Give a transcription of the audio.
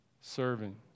serving